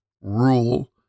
rule